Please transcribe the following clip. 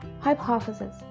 hypotheses